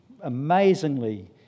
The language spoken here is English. amazingly